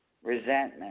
Resentment